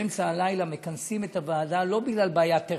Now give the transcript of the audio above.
באמצע הלילה מכנסים את הוועדה לא בגלל בעיה טכנית,